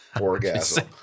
orgasm